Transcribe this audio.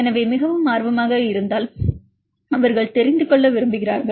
எனவே மிகவும் ஆர்வமாக இருந்தால் அவர்கள் தெரிந்து கொள்ள விரும்புகிறார்கள்